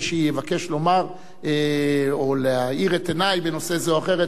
מי שיבקש לומר או להאיר את עיני בנושא זה או אחר,